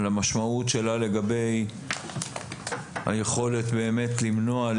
על המשמעות שלה לגבי היכולת באמת למנוע,